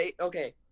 okay